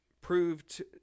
proved